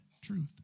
truth